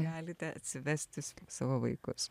galite atsivesti s savo vaikus